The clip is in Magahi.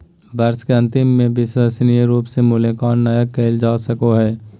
वर्ष के अन्तिम में विश्वसनीय रूप से मूल्यांकन नैय कइल जा सको हइ